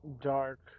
dark